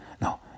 No